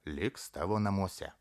liks tavo namuose